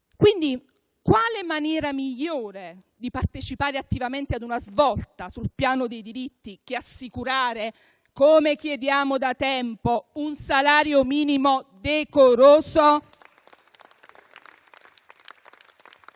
Quindi, quale maniera migliore di partecipare attivamente ad una svolta sul piano dei diritti, che assicurare, come chiediamo da tempo, un salario minimo decoroso?